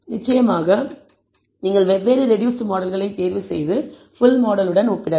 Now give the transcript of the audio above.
நிச்சயமாக நீங்கள் வெவ்வேறு ரெடூஸ்ட் மாடல்களைத் தேர்வுசெய்து ஃபுல் மாடலுடன் ஒப்பிடலாம்